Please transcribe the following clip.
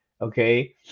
Okay